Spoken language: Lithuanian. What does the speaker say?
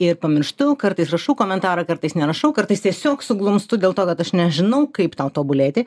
ir pamirštu kartais rašau komentarą kartais nerašau kartais tiesiog suglumstu dėl to kad aš nežinau kaip tau tobulėti